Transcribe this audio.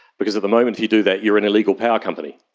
because at the moment if you do that you are an illegal power company,